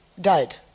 died